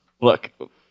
Look